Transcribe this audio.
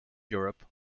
europe